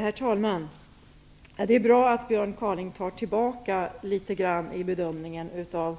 Herr talman! Det är bra att Björn Kaaling tar tillbaka litet i bedömningen av